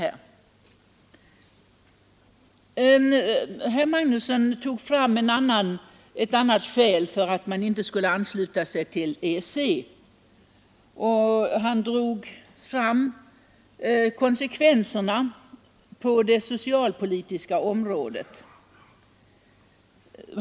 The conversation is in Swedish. Herr Magnusson tog fram ett annat skäl för att man inte skulle ansluta sig till EEC, konsekvenserna på det socialpolitiska området.